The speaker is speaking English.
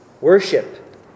worship